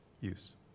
use